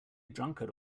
drunkard